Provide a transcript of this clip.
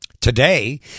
Today